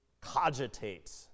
cogitate